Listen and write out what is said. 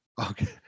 Okay